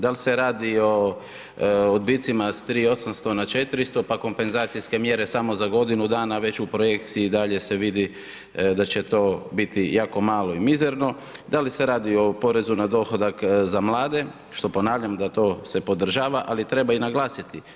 Da li se radi o odbitcima s 3800 na 4000 pa kompenzacijske mjere samo za godinu dana, već u projekciji dalje se vidi da će to biti jako malo i mizerno, da li se radi o poreznu na dohodak za mlade, što, ponavljam, da to se podržava, ali treba i naglasiti.